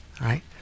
right